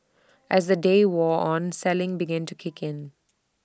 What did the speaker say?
as the day wore on selling began to kick in